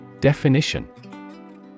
Definition